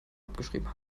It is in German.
abgeschrieben